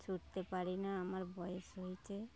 ছুটতে পারি না আমার বয়স হয়েছে